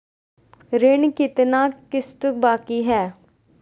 ऋण के कितना किस्त बाकी है?